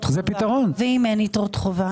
ואם אין יתרות חובה?